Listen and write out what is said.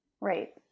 Right